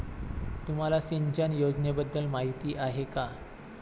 तुम्हाला सिंचन योजनेबद्दल माहिती आहे का?